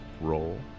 roll